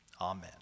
Amen